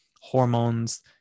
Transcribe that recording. hormones